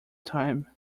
time